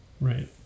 Right